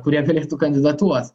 kurie galėtų kandidatuot